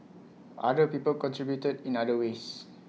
other people contributed in other ways